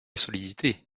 solidité